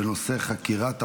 עכשיו לגביך,